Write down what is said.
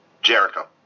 Jericho